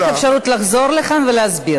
אני אתן לך אפשרות לחזור לכאן ולהסביר.